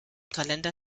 kalender